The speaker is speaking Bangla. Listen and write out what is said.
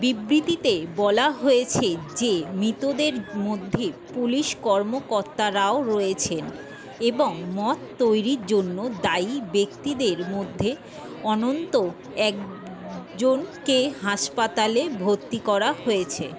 বিবৃতিতে বলা হয়েছে যে মৃতদের মধ্যে পুলিশ কর্মকর্তারাও রয়েছেন এবং মদ তৈরির জন্য দায়ী ব্যক্তিদের মধ্যে অনন্ত একজনকে হাসপাতালে ভর্তি করা হয়েছে